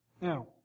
Now